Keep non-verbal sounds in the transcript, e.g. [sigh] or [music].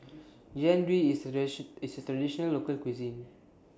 Jian Dui IS [unintelligible] IS A Traditional Local Cuisine